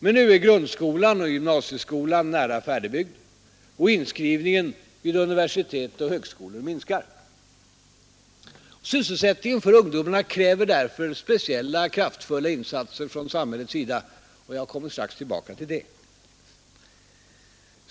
Men nu är grundskolan och gymnasieskolan nära färdigbyggda, och inskrivningen vid universitet och högskolor minskar. Sysselsättningen för ungdomarna kräver därför speciella, kraftfulla insatser från samhällets sida. Jag kommer strax tillbaka till det.